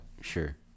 Sure